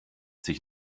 sich